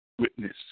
Witness